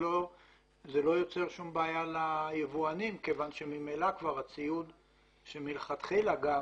זה לא יוצר שום בעיה ליבואנים כיוון שממילא הציוד שמלכתחילה גם